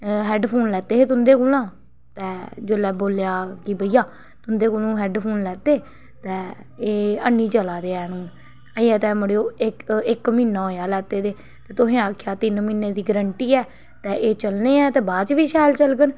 headphone लैते हे तुं'दे कोला ते जोल्लै बोलेआ कि भैया तुं'दे कोलुं हैडफोन लैते ते एह् है नी चला दे हैन हून अजें ते मड़ोएओ इक म्हीना होएआ लैते दे ते तोहें आखेआ तिन्न म्हीने दी गरंटी ऐ ते एह् चलने हैन ते बाद च बी शैल चलङन